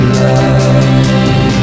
love